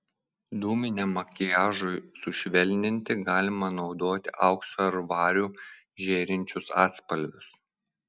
dūminiam makiažui sušvelninti galima naudoti auksu ar variu žėrinčius atspalvius